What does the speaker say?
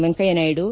Venkaiah Naidu